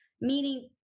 meaning